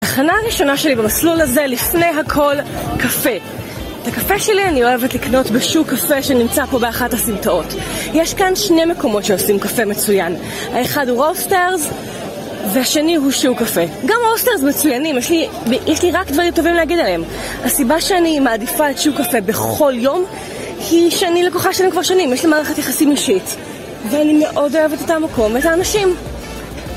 התחנה הראשונה שלי במסלול הזה, לפני הכל, קפה. את הקפה שלי אני אוהבת לקנות בשוק קפה שנמצא פה באחת הסמטאות. יש כאן שני מקומות שעושים קפה מצוין. האחד הוא רוסטרס, והשני הוא שוק קפה. גם רוסטרס מצוינים, יש לי יש לי רק דברים טובים להגיד עליהם. הסיבה שאני מעדיפה את שוק קפה בכל יום, היא שאני לקוחה שלהם כבר שנים, יש לי מערכת יחסים אישית. ואני מאוד אוהבת את המקום ואת האנשים.